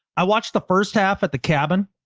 i watched the first half at the cabin.